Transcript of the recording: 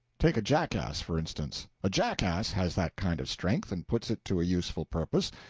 take a jackass, for instance a jackass has that kind of strength, and puts it to a useful purpose,